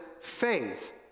faith